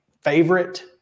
favorite